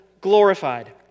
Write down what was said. glorified